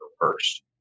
first